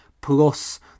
plus